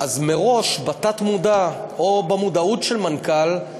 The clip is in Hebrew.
אז מראש, בתת-מודע, או במודעות של מנכ"ל,